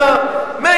קודם.